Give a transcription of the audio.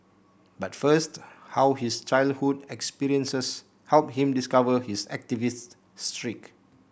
but first how his childhood experiences helped him discover his activist streak